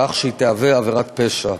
כך שהיא תהיה עבירת פשע.